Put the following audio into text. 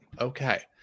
Okay